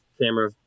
camera